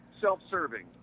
self-serving